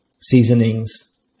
seasonings